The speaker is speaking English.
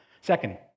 Second